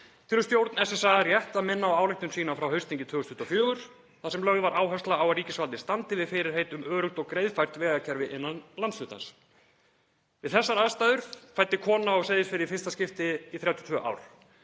stjórn SSA rétt að minna á ályktun sína frá haustþingi 2024 þar sem lögð var áhersla á að ríkisvaldið standi við fyrirheit um öruggt og greiðfært vegakerfi innan landshlutans. Við þessar aðstæður fæddi kona barn á Seyðisfirði í fyrsta skipti í 32 ár.